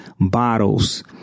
Bottles